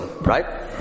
right